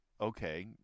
okay